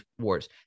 wars